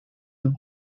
you